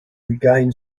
regain